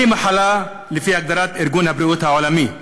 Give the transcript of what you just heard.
מהי מחלה, לפי הגדרת ארגון הבריאות העולמי?